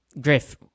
Griff